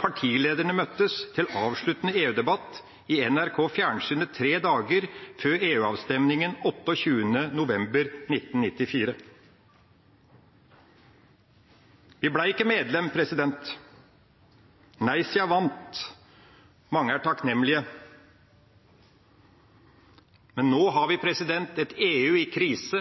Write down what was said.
partilederne møttes til avsluttende EU-debatt i NRK Fjernsynet tre dager før EU-avstemningen 28. november 1994. Vi ble ikke medlem. Nei-sida vant. Mange er takknemlige. Nå har vi et EU i krise,